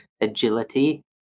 agility